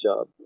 job